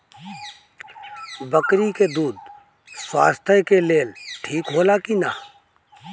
बकरी के दूध स्वास्थ्य के लेल ठीक होला कि ना?